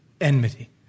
enmity